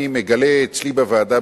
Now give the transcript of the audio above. אני מגלה אצלי בוועדה,